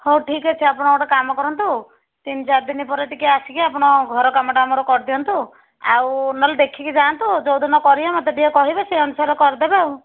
ହଉ ଠିକ୍ ଅଛି ଆପଣ ଗୋଟେ କାମ କରନ୍ତୁ ତିନି ଚାରିଦିନି ପରେ ଟିକେ ଆସିକି ଆପଣ ଘର କାମଟା ଆମର କରିଦିଅନ୍ତୁ ଆଉ ନହେଲେ ଦେଖିକି ଯାଆନ୍ତୁ ଯେଉଁଦିନ କରିବେ ମୋତେ ଟିକେ କହିବେ ସେହି ଅନୁସାରେ କରିଦେବେ ଆଉ